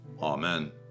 Amen